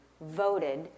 voted